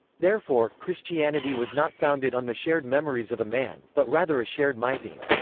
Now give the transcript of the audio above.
therefore, christianity was not founded on the shared memories of a man, but rather a shared mytheme.